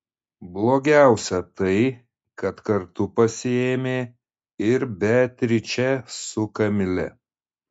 blogiausia tai kad kartu pasiėmė ir beatričę su kamile